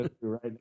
Right